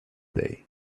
day